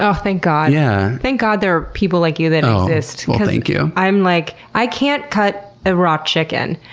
ah thank god. yeah thank god there are people like you that exist. well, thank you. because i'm like, i can't cut a raw chicken.